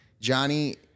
Johnny